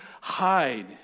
hide